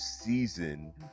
season